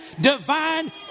divine